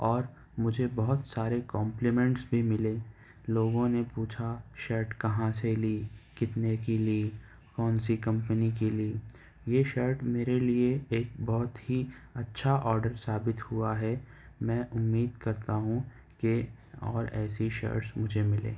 اور مجھے بہت سارے کمپلیمینٹس بھی ملے لوگوں نے پوچھا شرٹ کہاں سے لی کتنے کی لی کون سی کمپنی کی لی یہ شرٹ میرے لیے ایک بہت ہی اچھا آڈر ثابت ہوا ہے میں امید کرتا ہوں کہ اور ایسی شرٹس مجھے ملے